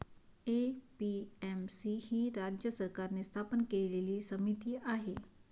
APMC ही राज्य सरकारने स्थापन केलेली समिती आहे